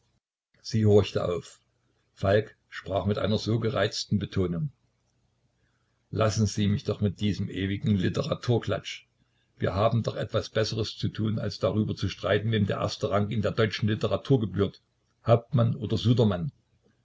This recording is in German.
sie horchte auf falk sprach mit einer so gereizten betonung lassen sie mich doch mit diesem ewigen literaturklatsch wir haben doch etwas besseres zu tun als darüber zu streiten wem der erste rang in der deutschen literatur gebührt hauptmann oder sudermann